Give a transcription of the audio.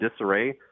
disarray